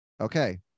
okay